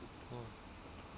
mm